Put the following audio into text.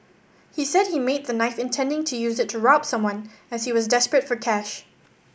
he said he made the knife intending to use it to rob someone as he was desperate for cash